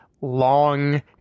long